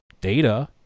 data